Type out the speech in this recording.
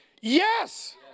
Yes